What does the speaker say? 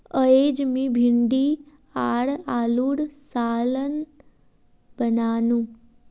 अयेज मी भिंडी आर आलूर सालं बनानु